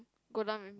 go down with me